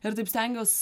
ir taip stengiuos